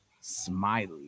Smiley